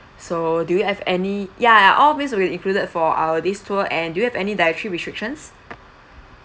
so do you have any ya all meals will be included for uh this tour and do you have any dietary restrictions